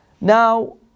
Now